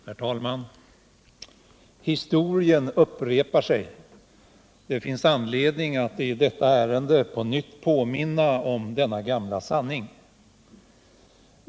Herr talman! Historien upprepar sig. Det finns anledning att i detta ärende på nytt påminna om denna gamla sanning.